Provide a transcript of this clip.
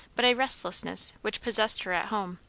but a restlessness which possessed her at home.